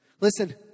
Listen